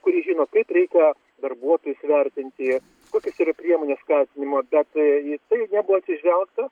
kuris žino kaip reikia darbuotojus vertinti kokios priemonės skatinimo bet į tai nebuvo atsižvelgta